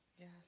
Yes